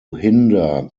hinder